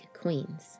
queens